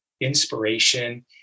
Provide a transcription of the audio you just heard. inspiration